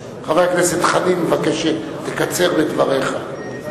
חבר הכנסת חנין מבקש שתקצר בדבריך.